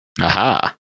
Aha